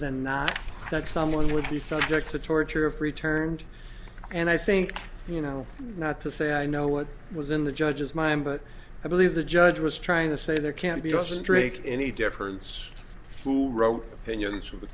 than not that someone would be subject to torture of returned and i think you know not to say i know what was in the judge's mind but i believe the judge was trying to say there can be doesn't break any difference who wrote in units of the